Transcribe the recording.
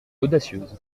audacieuse